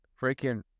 Freaking